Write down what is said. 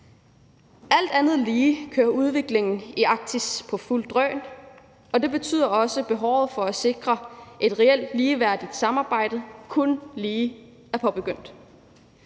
Alt andet lige kører udviklingen i Arktis på fuldt drøn, og det betyder også, at behovet for at sikre et reelt ligeværdigt samarbejde kun lige er påbegyndt,